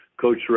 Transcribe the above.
Coach